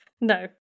No